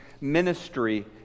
ministry